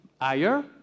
higher